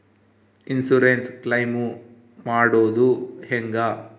Insurance claim ಮಾಡೋದು ಹೆಂಗ?